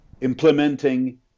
implementing